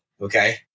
Okay